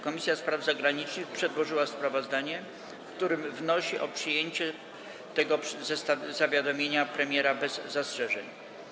Komisja Spraw Zagranicznych przedłożyła sprawozdanie, w którym wnosi o przyjęcie tego zawiadomienia premiera bez zastrzeżeń.